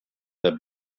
der